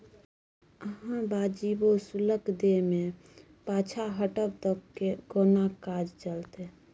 अहाँ वाजिबो शुल्क दै मे पाँछा हटब त कोना काज चलतै